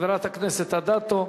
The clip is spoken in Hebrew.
חברת הכנסת אדטו,